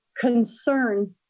concern